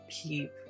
keep